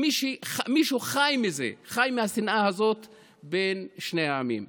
מישהו חי מזה, חי מהשנאה הזאת בין שני העמים.